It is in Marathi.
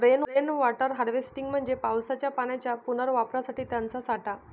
रेन वॉटर हार्वेस्टिंग म्हणजे पावसाच्या पाण्याच्या पुनर्वापरासाठी त्याचा साठा